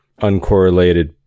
uncorrelated